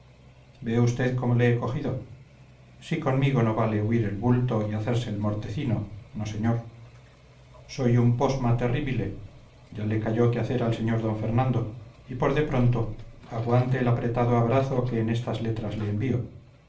ve usted cómo le he cogido si conmigo no vale huir el bulto y hacerse el mortecino no señor soy un posma terrible ya le cayó que hacer al sr d fernando y por de pronto aguante el apretado abrazo que en estas letras le envío